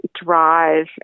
drive